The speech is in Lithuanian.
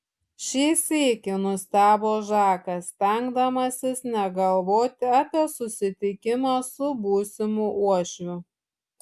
šį sykį nustebo žakas stengdamasis negalvoti apie susitikimą su būsimu uošviu